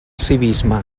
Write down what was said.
civisme